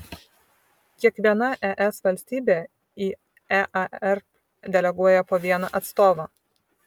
kiekviena es valstybė į ear deleguoja po vieną atstovą